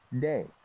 Day